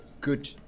good